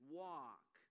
walk